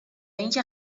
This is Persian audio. اینکه